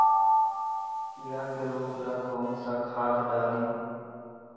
कीड़ा के रोक ला कौन सा खाद्य डाली?